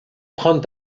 prend